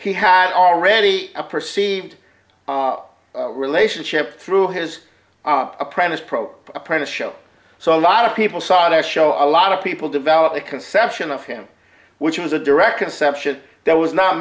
he had already a perceived relationship through his apprentice program apprentice show so a lot of people saw their show a lot of people develop a conception of him which was a direct conception that was not